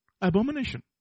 abomination